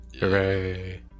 Hooray